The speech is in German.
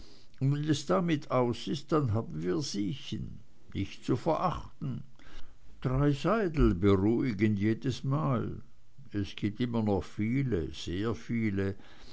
wenn es damit aus ist dann haben wir siechen nicht zu verachten drei seidel beruhigen jedesmal es gibt immer noch viele sehr viele